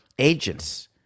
agents